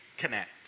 connect